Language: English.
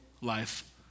life